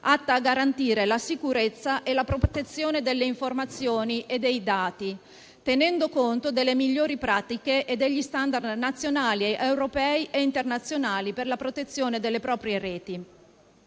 atta a garantire la sicurezza e la protezione delle informazioni e dei dati, tenendo conto delle migliori pratiche e degli *standard* nazionali europei e internazionali per la protezione delle proprie reti.